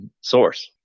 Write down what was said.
source